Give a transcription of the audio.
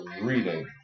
reading